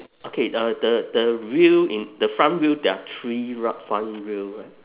okay uh the the wheel in the front wheel there are three ri~ front wheel right